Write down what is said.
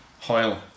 Hoil